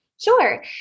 Sure